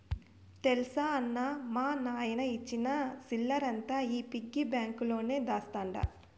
తెల్సా అన్నా, మా నాయన ఇచ్చిన సిల్లరంతా ఈ పిగ్గి బాంక్ లోనే దాస్తండ